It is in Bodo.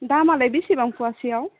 दामआलाय बेसेबां फवासेयाव